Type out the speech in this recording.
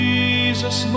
Jesus